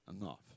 Enough